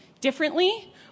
differently